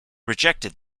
rejected